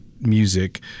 Music